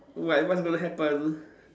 like what's going to happen